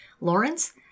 Lawrence